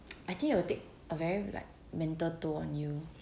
I think it will take a very like mental toll on you